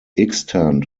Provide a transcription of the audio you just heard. extent